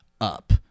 up